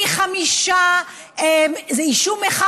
זה אישום אחד,